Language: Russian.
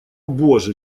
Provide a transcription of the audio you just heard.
боже